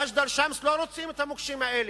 מג'דל-שמס לא רוצים את המוקשים האלה.